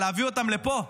על להביא אותן לפה.